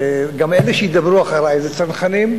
גם אלה שידברו אחרי זה צנחנים,